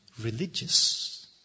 religious